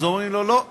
אומרים לו: לא,